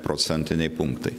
procentiniai punktai